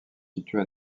situés